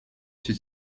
się